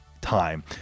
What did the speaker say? time